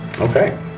okay